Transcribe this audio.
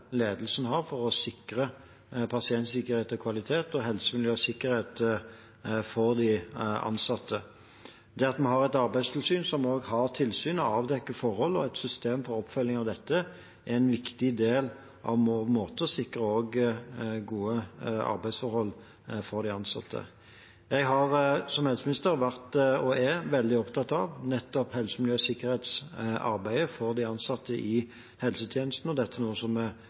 har for å sikre pasientsikkerhet, kvalitet og helse, miljø og sikkerhet for de ansatte. Det at vi har et arbeidstilsyn som avdekker forhold, og som har et system for oppfølging av dette, er en viktig del av vår måte også å sikre gode arbeidsforhold for de ansatte på. Jeg har som helseminister vært og er veldig opptatt av nettopp helse-, miljø- og sikkerhetsarbeidet for de ansatte i helsetjenesten, og dette er noe vi kontinuerlig jobber med. Som